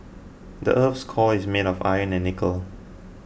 the earth's core is made of iron and nickel